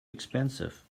expensive